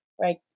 right